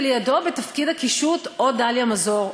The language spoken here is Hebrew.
ולידו בתפקיד הקישוט או דליה מזור,